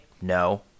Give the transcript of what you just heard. no